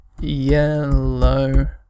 yellow